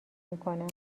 میکنن